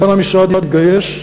כאן המשרד התגייס,